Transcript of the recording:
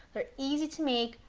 they're easy to make,